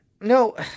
No